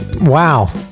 Wow